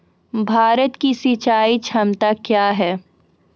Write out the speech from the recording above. भारत की सिंचाई क्षमता क्या हैं?